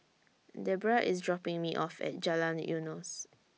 Debbra IS dropping Me off At Jalan Eunos